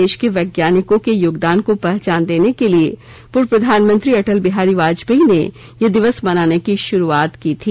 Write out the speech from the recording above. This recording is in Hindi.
देश के वैज्ञानिकों के योगदान को पहचान देने के लिए पूर्व प्रधानमंत्री अटल बिहारी वाजपेयी ने यह दिवस मनाने की शुरूआत की थी